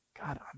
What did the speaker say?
God